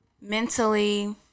mentally